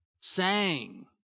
sang